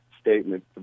statement